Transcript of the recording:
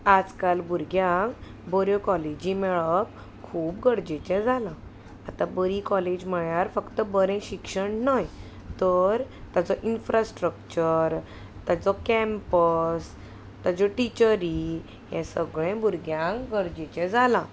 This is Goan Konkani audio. आज काल भुरग्यांक बऱ्यो कॉलेजी मेळप खूब गरजेचें जालां आतां बरी कॉलेज म्हळ्यार फक्त बरें शिक्षण न्हय तर ताचो इनफ्रास्ट्रक्चर ताचो कॅम्पस ताच्यो टिचरी हें सगळें भुरग्यांक गरजेचें जालां